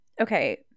okay